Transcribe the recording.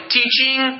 teaching